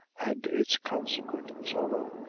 and its consequent sorrow,